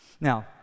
Now